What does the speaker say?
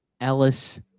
Ellis